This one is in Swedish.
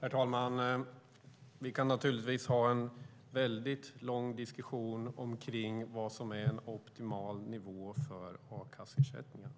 Herr talman! Vi kan naturligtvis föra en lång diskussion om vad som är en optimal nivå för a-kasseersättningen,